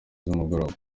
z’umugoroba